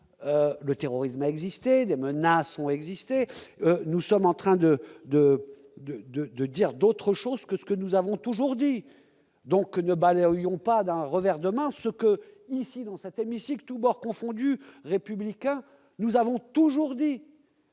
le terrorisme exister des menaces ont existé, nous sommes en train de, de, de, de, de dire d'autre chose que ce que nous avons toujours dit donc pas d'un revers de main ce que ici dans sa tête Micic tous bords confondus, républicain, nous avons toujours dit.